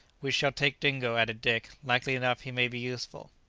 we shall take dingo, added dick likely enough he may be useful.